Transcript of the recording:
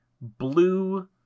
blue